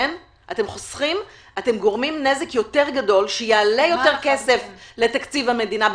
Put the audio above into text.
אתם גורמים נזק יותר גדול שיעלה יותר כסף לתקציב המדינה.